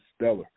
stellar